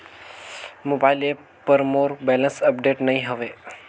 mobile app पर मोर balance update नई हवे